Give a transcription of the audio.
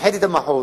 הנחיתי את המחוז